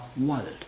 world